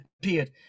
appeared